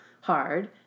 hard